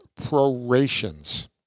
prorations